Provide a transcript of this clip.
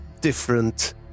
different